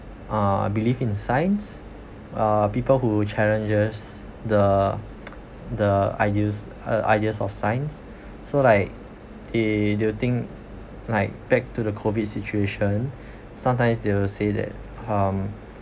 uh believe in science uh people who challenges the the ideas err ideas of science so like eh they will think like back to the COVID situation sometimes they will say that um